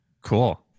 Cool